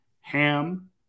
ham